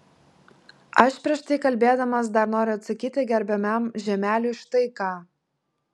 aš prieš tai kalbėdamas dar noriu atsakyti gerbiamam žiemeliui štai ką